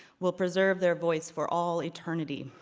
we'll preserve their voice for all eternity,